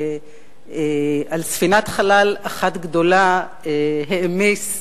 ועל ספינת חלל אחת גדולה העמיס עורכי-דין,